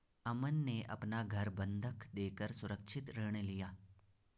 अमन ने अपना घर बंधक देकर सुरक्षित ऋण लिया